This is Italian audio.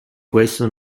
questo